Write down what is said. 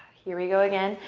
here we go again.